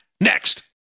next